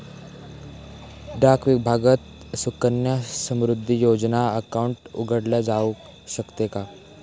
डाक विभागात सुकन्या समृद्धी योजना अकाउंट उघडले जाऊ शकते का?